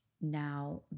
now